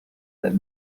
the